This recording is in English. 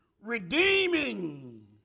redeeming